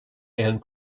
and